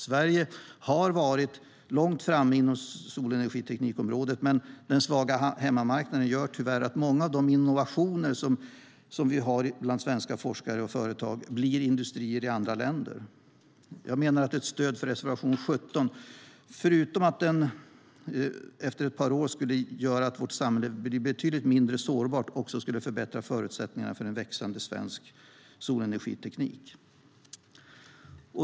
Sverige har varit långt framme inom solenergiteknikområdet, men den svaga hemmamarknaden gör tyvärr att många innovationer bland svenska forskare och företag blir industrier i andra länder. Jag menar att ett stöd för reservation 17, förutom att det efter ett par år skulle göra att vårt samhälle skulle bli betydligt mindre sårbart, skulle förbättra förutsättningarna för en växande svensk solenergiteknik.